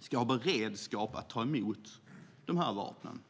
ska ha beredskap att ta emot dessa vapen.